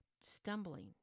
Stumbling